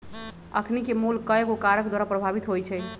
अखनिके मोल कयगो कारक द्वारा प्रभावित होइ छइ